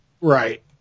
Right